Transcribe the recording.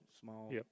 small